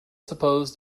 suppose